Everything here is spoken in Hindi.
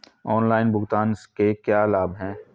ऑनलाइन भुगतान के क्या लाभ हैं?